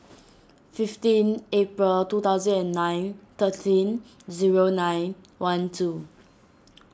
fifteen April two thousand and nine thirteen zero nine one two